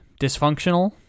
dysfunctional